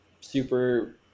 super